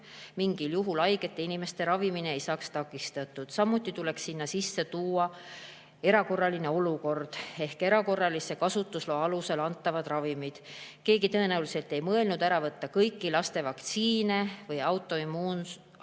mingil juhul haigete inimeste ravimine. Samuti tuleks sinna sisse tuua „erakorraline olukord“ ehk erakorralise kasutusloa alusel antavad ravimid. Keegi tõenäoliselt ei mõelnud ära võtta kõiki laste vaktsiine või autoimmuunhaiguste